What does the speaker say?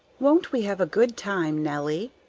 won't we have a good time, nelly?